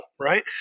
right